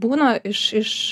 būna iš iš